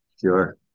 Sure